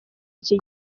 iki